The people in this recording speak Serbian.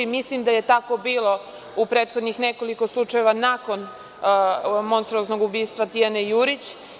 Mislim da je tako bilo u prethodnih nekoliko slučajeva nakon monstruoznog ubistva Tijane Jurić.